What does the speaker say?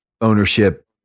ownership